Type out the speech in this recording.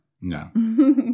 No